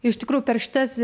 iš tikrųjų per šitas